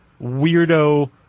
weirdo